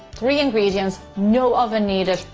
three ingredients, no oven needed,